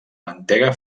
mantega